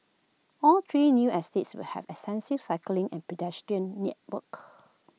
all three new estates will have extensive cycling and pedestrian networks